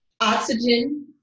oxygen